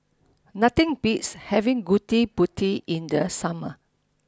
nothing beats having gudeg putih in the summer